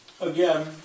Again